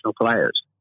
players